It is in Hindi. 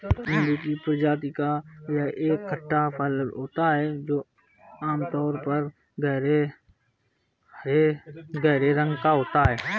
नींबू की प्रजाति का यह एक खट्टा फल होता है जो आमतौर पर गहरे हरे रंग का होता है